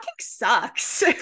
sucks